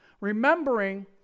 Remembering